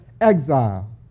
exile